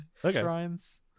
shrines